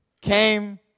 came